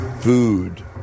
food